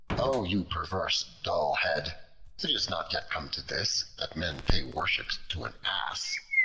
o you perverse dull-head! it is not yet come to this, that men pay worship to an ass.